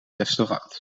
restaurant